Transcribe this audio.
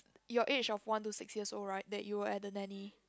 your age of one to six years old right that you are at the nanny